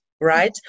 right